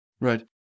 Right